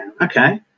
Okay